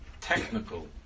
technical